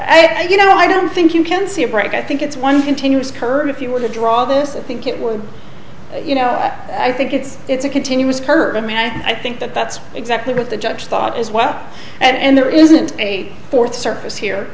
right you know i don't think you can see a brick i think it's one continuous curve if you were to draw all this and think it would you know i think it's it's a continuous curtain and i think that that's exactly what the judges thought as well and there isn't a fourth surface here